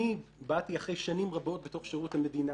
אני באתי אחרי שנים רבות בתוך שירות המדינה.